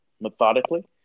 methodically